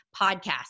podcast